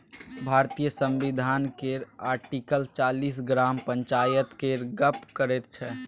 भारतीय संविधान केर आर्टिकल चालीस ग्राम पंचायत केर गप्प करैत छै